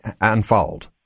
unfold